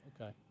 Okay